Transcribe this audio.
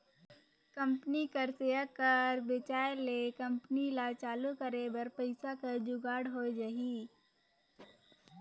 company कर share कर बेंचाए ले कंपनी ल चालू करे बर पइसा कर जुगाड़ होए जाही